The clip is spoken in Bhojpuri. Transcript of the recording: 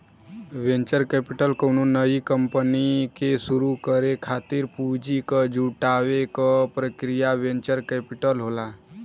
वेंचर कैपिटल कउनो नई कंपनी के शुरू करे खातिर पूंजी क जुटावे क प्रक्रिया वेंचर कैपिटल होला